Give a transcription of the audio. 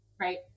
Right